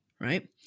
Right